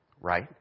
right